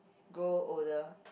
grow older